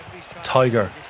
Tiger